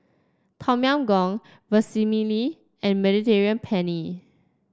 Tom Yam Goong Vermicelli and Mediterranean Penne